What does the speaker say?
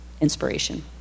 inspiration